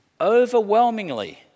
overwhelmingly